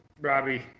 Robbie